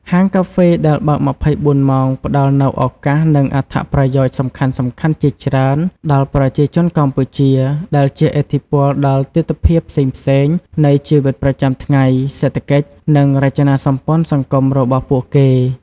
ហាងកាហ្វេដែលបើក ២៤ ម៉ោងផ្តល់នូវឱកាស និងអត្ថប្រយោជន៍សំខាន់ៗជាច្រើនដល់ប្រជាជនកម្ពុជា ដែលជះឥទ្ធិពលដល់ទិដ្ឋភាពផ្សេងៗនៃជីវិតប្រចាំថ្ងៃ សេដ្ឋកិច្ច និងរចនាសម្ព័ន្ធសង្គមរបស់ពួកគេ។